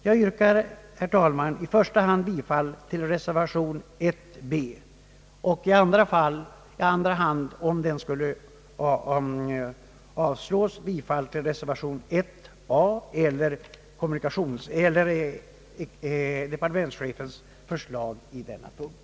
Jag yrkar därför, herr talman, i första hand bifall till reservation 1b och i andra hand, om den skulle avslås, bifall till reservation 1a, vilket är detsamma som departementschefens förslag i denna punkt.